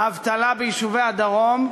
האבטלה ביישובי הדרום,